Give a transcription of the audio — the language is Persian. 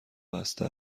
بسته